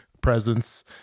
presence